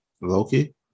Loki